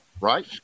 right